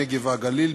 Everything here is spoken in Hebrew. הנגב והגליל,